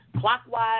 clockwise